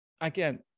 again